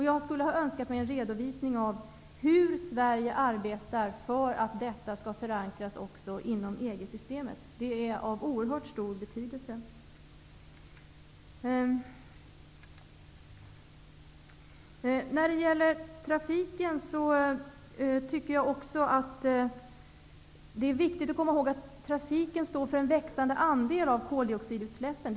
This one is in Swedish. Jag hade önskat mig en redovisning av hur Sverige arbetar för att detta skall förankras även inom EG systemet. Det är av oerhört stor betydelse. Det är viktigt att komma ihåg att trafiken står för en växande andel av koldioxidutsläppen.